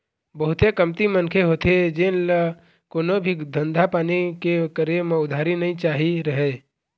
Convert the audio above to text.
बहुते कमती मनखे होथे जेन ल कोनो भी धंधा पानी के करे म उधारी नइ चाही रहय